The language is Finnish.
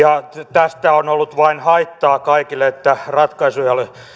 tästä on ollut vain haittaa kaikille että ratkaisuja ei ole